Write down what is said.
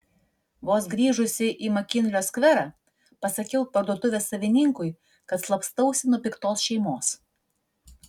vos grįžusi į makinlio skverą pasakiau parduotuvės savininkui kad slapstausi nuo piktos šeimos